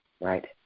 Right